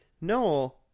no